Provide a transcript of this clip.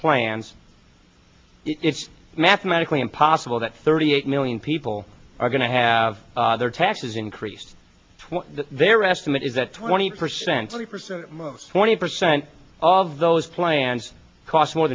plans it's mathematically impossible that thirty eight million people are going to have their taxes increased their estimate is that twenty percent twenty percent twenty percent of those plans cost more